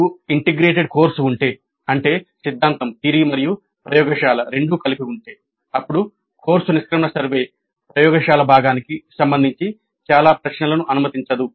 మీకు integrated course ఉంటే అంటే సిద్ధాంతం మరియు ప్రయోగశాల రెండూ కలిపి అప్పుడు కోర్సు నిష్క్రమణ సర్వే ప్రయోగశాల భాగానికి సంబంధించి చాలా ప్రశ్నలను అనుమతించదు